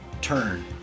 turn